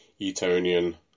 Etonian